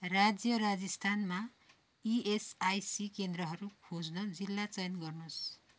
राज्य राजस्थानमा इएसआइसी केन्द्रहरू खोज्न जिल्ला चयन गर्नुहोस्